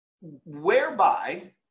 whereby